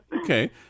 Okay